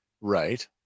Right